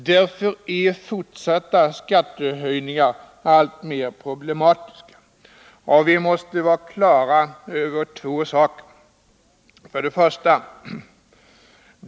Därför är fortsatta skattehöjningar alltmer problematiska. Och vi måste vara klara över två saker: 1.